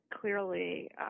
clearly